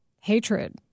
hatred